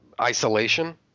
isolation